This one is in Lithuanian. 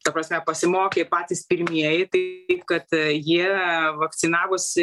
ta prasme pasimokė patys pirmieji tai kad jie vakcinavosi